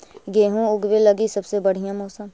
गेहूँ ऊगवे लगी सबसे बढ़िया मौसम?